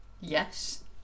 Yes